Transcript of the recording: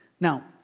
Now